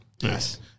Yes